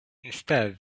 instead